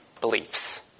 beliefs